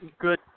good